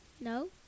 No